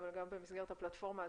אבל במסגרת הפלטפורמה הזו,